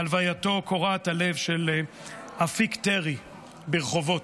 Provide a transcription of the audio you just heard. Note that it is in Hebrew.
בהלווייתו קורעת הלב של אפיק טרי ברחובות.